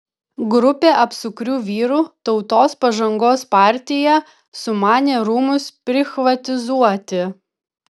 grupė apsukrių vyrų tautos pažangos partija sumanė rūmus prichvatizuoti